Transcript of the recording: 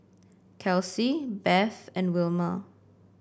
Kelcie Beth and Wilmer